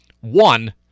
One